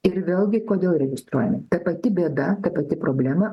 ir vėlgi kodėl registruojami ta pati bėda ta pati problema